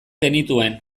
genituen